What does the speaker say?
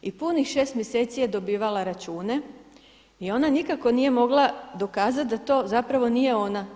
I punih 6 mjeseci je dobivala račune i ona nikako nije mogla dokazati da to zapravo nije ona.